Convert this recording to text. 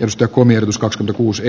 josta kunnioitus kaks kuusi